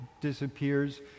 disappears